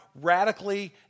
radically